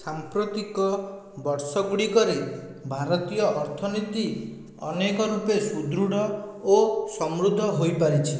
ସାମ୍ପ୍ରତିକ ବର୍ଷଗୁଡ଼ିକରେ ଭାରତୀୟ ଅର୍ଥନୀତି ଅନେକ ରୂପେ ସୁଦୃଢ଼ ଓ ସମୃଦ୍ଧ ହୋଇପାରିଛି